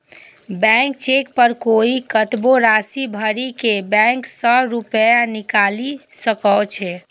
blank cheque पर कोइ कतबो राशि भरि के बैंक सं रुपैया निकालि सकै छै